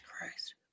christ